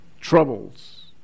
Troubles